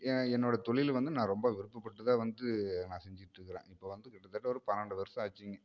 என் என்னோடய தொழில் வந்து நான் ரொம்ப விருப்பப்பட்டு தான் வந்து நான் செஞ்சுட்டு இருக்கிறேன் இப்போ வந்து கிட்டத்தட்ட ஒரு பன்னெண்டு வருஷம் ஆச்சு இனி